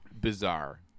bizarre